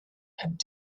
and